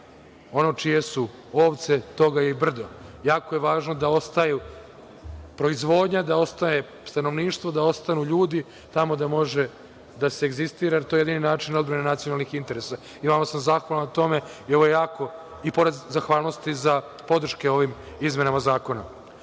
ono čije su ovce, toga je i brdo. Jako je važno da ostaje proizvodnja, da ostaje stanovništvo, da ostanu ljudi tamo, da može da se egzistira, jer je to jedini način odbrane nacionalnih interesa. Veoma sam zahvalan na tome i pored zahvalnosti podrške ovim izmenama zakona. Što